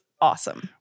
awesome